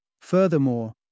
Furthermore